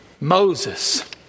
Moses